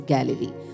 Galilee